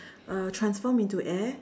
uh transform into air